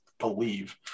believe